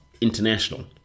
international